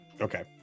Okay